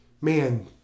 man